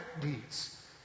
deeds